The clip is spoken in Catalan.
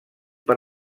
per